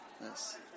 Yes